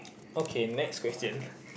okay next question